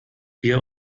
wir